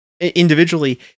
individually